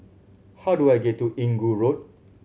how do I get to Inggu Road